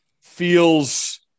feels